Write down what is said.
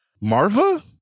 Marva